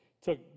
took